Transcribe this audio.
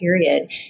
period